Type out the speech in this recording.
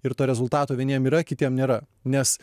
ir to rezultato vieniem yra kitiem nėra nes